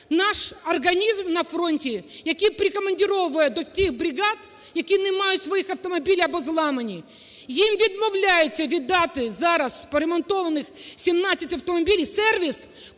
наш організм на фронті, який прикомандировує до тих бригад, які не мають своїх автомобілів або зламані. Їм відмовляється віддати зараз поремонтованих 17 автомобілів сервіс,